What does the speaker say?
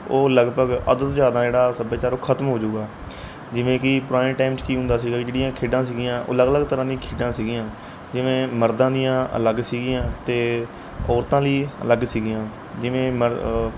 ਉਹ ਲਗਭਗ ਅੱਧ ਤੋਂ ਜ਼ਿਆਦਾ ਜਿਹੜਾ ਸੱਭਿਆਚਾਰ ਉਹ ਖਤਮ ਹੋਜੂਗਾ ਜਿਵੇਂ ਕਿ ਪੁਰਾਣੇ ਟਾਈਮ 'ਚ ਕੀ ਹੁੰਦਾ ਸੀਗਾ ਜਿਹੜੀਆਂ ਖੇਡਾਂ ਸੀਗੀਆਂ ਉਹ ਅਲੱਗ ਅਲੱਗ ਤਰ੍ਹਾਂ ਦੀਆਂ ਖੇਡਾਂ ਸੀਗੀਆਂ ਜਿਵੇਂ ਮਰਦਾਂ ਦੀਆਂ ਅਲੱਗ ਸੀਗੀਆਂ ਅਤੇ ਔਰਤਾਂ ਲਈ ਅਲੱਗ ਸੀਗੀਆਂ ਜਿਵੇਂ ਮਰ